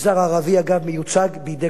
מיוצג בידי קולות רועמים,